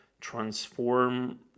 transform